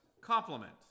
complement